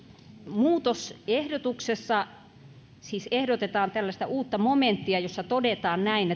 lakimuutosehdotuksessa siis ehdotetaan tällaista uutta momenttia jossa todetaan näin